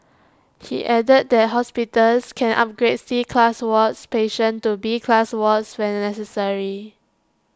he added that hospitals can upgrade C class wards patients to B class wards when necessary